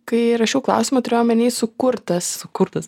kai rašiau klausimą turėjau omeny sukurtas kurtas